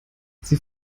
sie